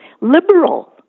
liberal